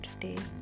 today